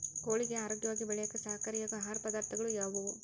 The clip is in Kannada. ಕೋಳಿಗೆ ಆರೋಗ್ಯವಾಗಿ ಬೆಳೆಯಾಕ ಸಹಕಾರಿಯಾಗೋ ಆಹಾರ ಪದಾರ್ಥಗಳು ಯಾವುವು?